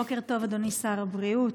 בוקר טוב, אדוני שר הבריאות.